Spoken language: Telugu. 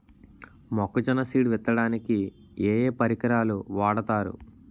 మొక్కజొన్న సీడ్ విత్తడానికి ఏ ఏ పరికరాలు వాడతారు?